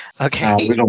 Okay